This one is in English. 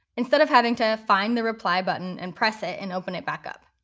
instead of having to find the reply button, and press it, and open it back up.